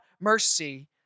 mercy